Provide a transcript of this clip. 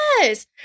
Yes